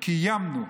וקיימנו,